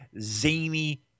zany